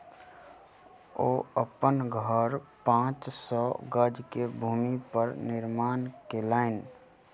ओ अपन घर पांच सौ गज के भूमि पर निर्माण केलैन